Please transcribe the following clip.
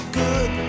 good